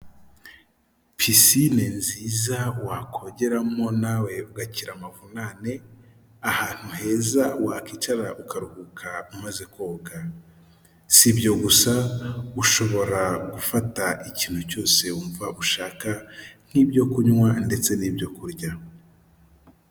Pisine nziza wakogeramo nawe ugakira amavunane, ahantu heza wakicara ukaruhuka umaze koga, si ibyo gusa, ushobora gufata ikintu cyose wumva ushaka nk'ibyo kunywa ndetse n'ibyo kurya.